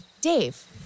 dave